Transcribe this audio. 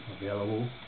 available